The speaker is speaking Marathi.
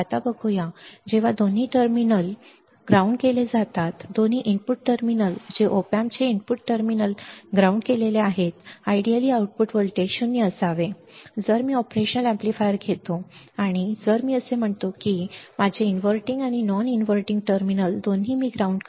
आता बघूया जेव्हा दोन्ही टर्मिनल दोन्ही इनपुट टर्मिनल ग्राउंड केले जातात दोन्ही इनपुट टर्मिनल जे op amp चे दोन्ही input terminal op amps ground केलेले आहेत आदर्शपणे आउटपुट व्होल्टेज 0 असावे जे योग्य बरोबर आहे जर मी ऑपरेशन एम्पलीफायर घेतो आणि जर मी असे म्हणतो की माझे इनव्हर्टिंग आणि नॉन इन्व्हर्टिंग टर्मिनल दोन्ही मी ग्राउंडिंग करत आहे